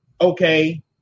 Okay